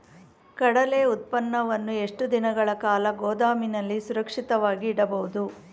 ಕಡ್ಲೆ ಉತ್ಪನ್ನವನ್ನು ಎಷ್ಟು ದಿನಗಳ ಕಾಲ ಗೋದಾಮಿನಲ್ಲಿ ಸುರಕ್ಷಿತವಾಗಿ ಇಡಬಹುದು?